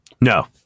No